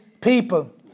people